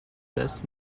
best